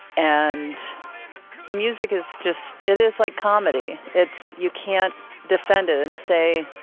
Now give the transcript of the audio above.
and music is just it is like comedy. it's you can't defend it and say,